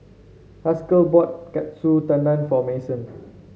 Haskell bought Katsu Tendon for Mason